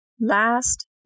Last